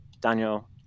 Daniel